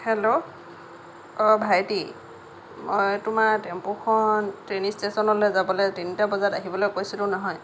hello অঁ ভাইটী অঁ তোমাৰ টেম্পুখন ট্ৰেইন ষ্টেচনলে যাবলৈ তিনিটা বজাত আহিবলৈ কৈছিলোঁ নহয়